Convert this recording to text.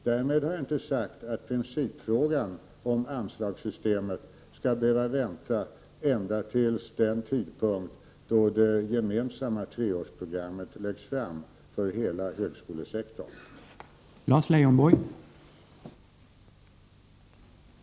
Därmed har jag inte sagt att principfrågan om anslagssystemet skall behöva vänta ända till den tidpunkt då det gemensamma treårsprogrammet för hela högskolesektorn läggs fram.